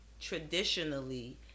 traditionally